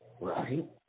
right